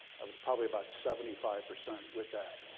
i was probably about seventy five percent with that.